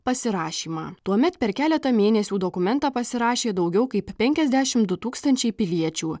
pasirašymą tuomet per keletą mėnesių dokumentą pasirašė daugiau kaip penkiasdešimt du tūkstančiai piliečių